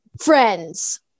friends